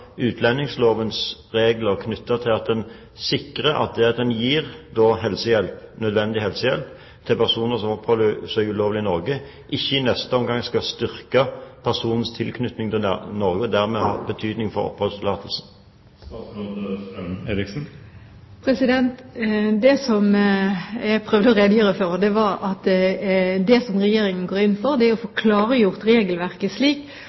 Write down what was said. nødvendig helsehjelp til personer som oppholder seg ulovlig i Norge, slik at det ikke i neste omgang skal styrke personens tilknytning til Norge og dermed få betydning for oppholdstillatelsen? Det jeg prøvde å redegjøre for, var at Regjeringen går inn for å få klargjort regelverket slik